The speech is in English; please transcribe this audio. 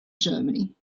germany